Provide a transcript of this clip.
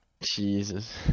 Jesus